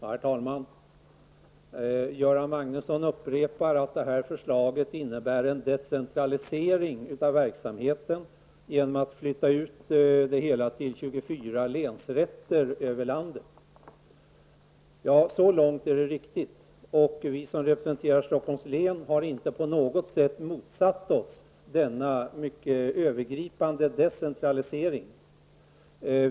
Herr talman! Göran Magnusson upprepar att det innebär en decentralisering av verksamheten att flytta ut den till 24 länsrätter över landet. Så långt är det riktigt. Vi som representerar Stockholms län har inte på något sätt motsatt oss denna mycket övergripande decentralisering.